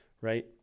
right